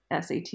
SAT